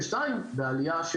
ושתיים בעלייה,